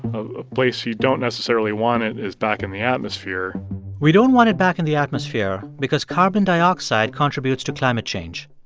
a place you don't necessarily want it is back in the atmosphere we don't want it back in the atmosphere because carbon dioxide contributes to climate change.